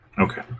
Okay